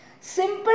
Simple